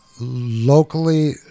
locally